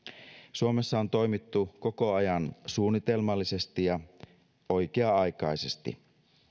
suomessa on toimittu koko ajan suunnitelmallisesti ja oikea aikaisesti